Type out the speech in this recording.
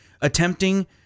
attempting